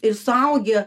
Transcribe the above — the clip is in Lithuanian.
ir suaugę